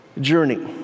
journey